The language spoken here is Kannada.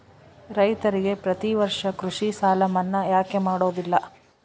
ರೈತರಿಗೆ ಪ್ರತಿ ವರ್ಷ ಕೃಷಿ ಸಾಲ ಮನ್ನಾ ಯಾಕೆ ಮಾಡೋದಿಲ್ಲ?